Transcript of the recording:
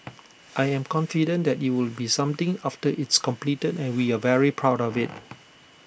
I'm confident that IT will be something after it's completed and we are very proud of IT